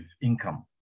income